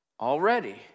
Already